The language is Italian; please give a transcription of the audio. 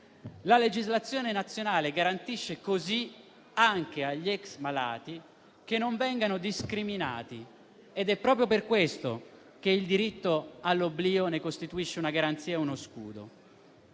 La legislazione nazionale garantisce così, anche agli *ex* malati, che non vengano discriminati. Ed è proprio per questo che il diritto all'oblio ne costituisce una garanzia e uno scudo.